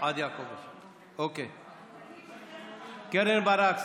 קרן ברק,